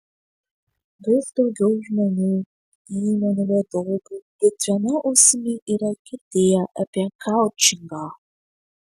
vis daugiau žmonių įmonių vadovų bent viena ausimi yra girdėję apie koučingą